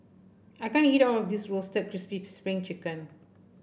I can't eat all of this Roasted Crispy Spring Chicken